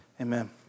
Amen